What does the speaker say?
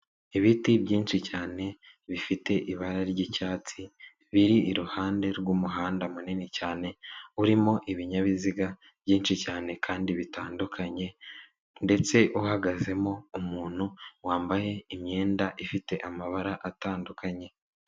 Ibiti byinshi cyane bifite ibara ry'icyatsi, biri iruhande rw'umuhanda munini cyane urimo ibinyabiziga byinshi cyane kandi bitandukanye, ndetse uhagazemo umuntu wambaye imyenda ifite amabara atandukanye.